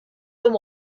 them